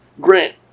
Grant